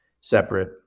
separate